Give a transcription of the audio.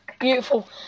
Beautiful